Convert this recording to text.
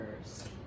first